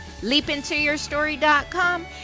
leapintoyourstory.com